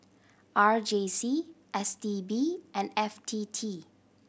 R J C S T B and F T T